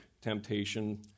temptation